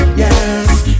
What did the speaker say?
yes